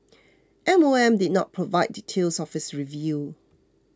M O M did not provide details of its review